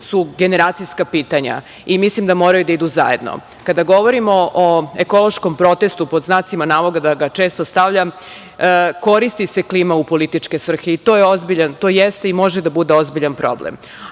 su generacijska pitanja i mislim da moraju da idu zajedno. Kada govorimo o ekološkom protestu, pod znacima navoda ga često stavljam, koristi se klima u političke svrhe. To jeste i može da bude ozbiljan problem.